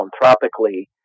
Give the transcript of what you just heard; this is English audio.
philanthropically